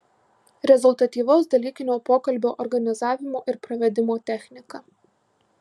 rezultatyvaus dalykinio pokalbio organizavimo ir pravedimo technika